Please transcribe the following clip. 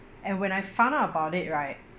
and when I found out about it right